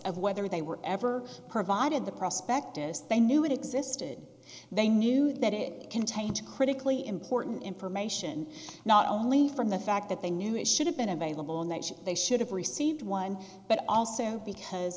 of whether they were ever provided the prospect as they knew it existed they knew that it contained critically important information not only from the fact that they knew it should have been available next they should have received one but also because